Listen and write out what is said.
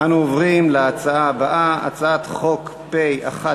אנו עוברים להצבעה הבאה, הצעת חוק פ/1226,